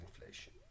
inflation